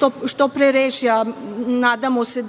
to što pre reši, a nadamo se